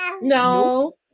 No